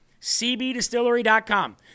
CBDistillery.com